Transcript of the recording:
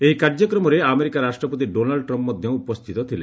ଏହି କାର୍ଯ୍ୟକ୍ରମରେ ଆମେରିକା ରାଷ୍ଟ୍ରପତି ଡୋନାଲ୍ଡ୍ ଟ୍ରମ୍ପ୍ ମଧ୍ୟ ଉପସ୍ଥିତ ଥିଲେ